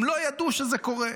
הם לא ידעו שזה קורה.